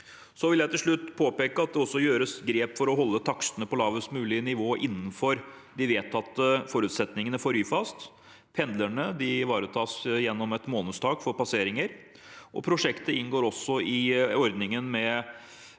Jeg vil til slutt påpeke at det også gjøres grep for å holde takstene på et lavest mulig nivå innenfor de vedtatte forutsetningene for Ryfast. Pendlerne ivaretas gjennom et månedstak for passeringer. Prosjektet inngår også i ordningen med